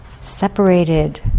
separated